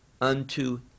unto